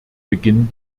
beginn